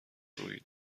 روی